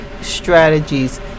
strategies